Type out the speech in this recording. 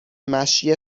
مشی